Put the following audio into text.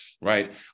right